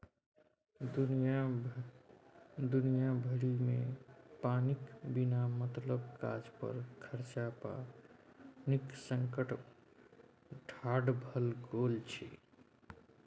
दुनिया भरिमे पानिक बिना मतलब काज पर खरचा सँ पानिक संकट ठाढ़ भए गेल छै